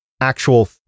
actual